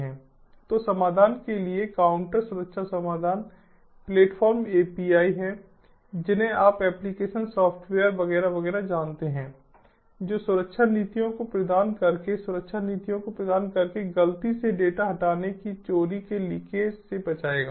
तो समाधान के लिए काउंटर सुरक्षा समाधान प्लेटफ़ॉर्म एपीआई हैं जिन्हें आप एप्लिकेशन सॉफ़्टवेयर वगैरह वगैरह जानते हैं जो सुरक्षा नीतियों को प्रदान करके सुरक्षा नीतियों को प्रदान करके गलती से डेटा हटाने की चोरी के लीकेज से बचाएगा